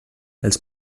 els